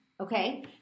Okay